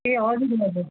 ए हजुर हजुर